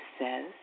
says